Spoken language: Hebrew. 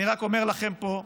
אני רק אומר לכם פה,